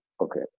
Okay